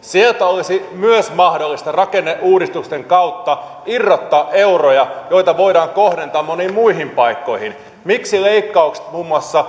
sieltä olisi myös mahdollista rakenneuudistusten kautta irrottaa euroja joita voidaan kohdentaa moniin muihin paikkoihin miksi eivät kelpaa leikkaukset muun muassa